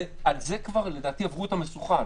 על זה לדעתי עברו את המשוכה.